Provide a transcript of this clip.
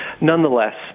nonetheless